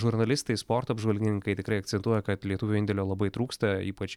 žurnalistai sporto apžvalgininkai tikrai akcentuoja kad lietuvių indėlio labai trūksta ypač